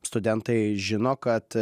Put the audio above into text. studentai žino kad